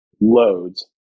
loads